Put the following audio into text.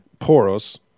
Poros